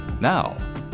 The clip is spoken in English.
Now